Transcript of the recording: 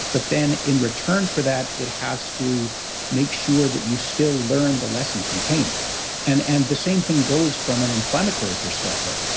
but then, in return for that, it has to make sure that you still learn the lesson from pain and and the same thing goes from an inflammatory perspective,